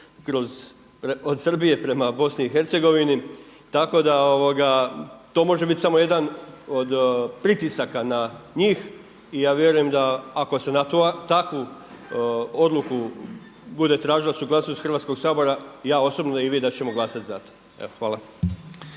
od Srbije prema Bosni i Hercegovini. Tako da to može biti samo jedan od pritisaka na njih. I ja vjerujem da ako se na takvu odluku bude tražila suglasnost Hrvatskog sabora ja osobno i vi da ćemo glasovat za to. Evo